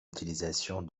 utilisations